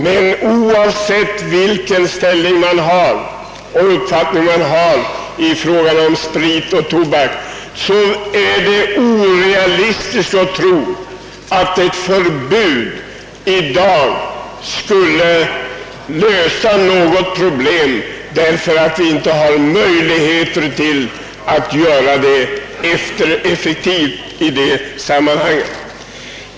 Men oavsett vilken uppfattning man har om sprit och tobak är det orealistiskt att tro att ett förbud löser problemen, ty vi har inga möjligheter att göra ett förbud effektivt.